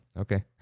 okay